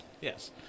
Yes